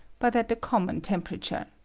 but at the common temperature.